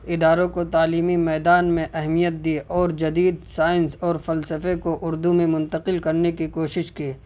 اداروں کو تعلیمی میدان میں اہمیت دی اور جدید سائنس اور فلسفلے کو اردو میں منتقل کرنے کی کوشش کی